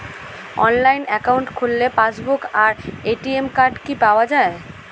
Online account খুললে passbook আর ATM card কি পাওয়া যায়?